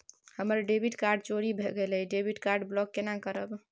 हमर debit card चोरी भगेलै डेबिट कार्ड ब्लॉक केना करब?